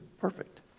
perfect